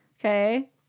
okay